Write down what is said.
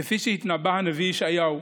כפי שהתנבא הנביא ישעיהו,